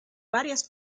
varias